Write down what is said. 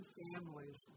families